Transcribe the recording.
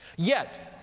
yet,